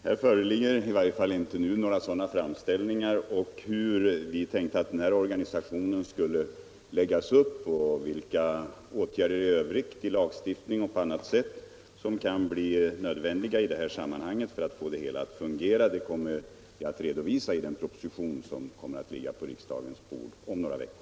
Herr talman! Här föreligger i varje fall inte nu några sådana framställningar. Hur vi tänker att den här organisationen skulle läggas upp och vilka åtgärder i övrigt i lagstiftning och på annat sätt som kan bli nödvändiga för att få det hela att fungera kommer vi att redovisa i den proposition som kommer att ligga på riksdagens bord om några veckor.